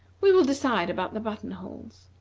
we will decide about the button-holes.